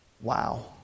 Wow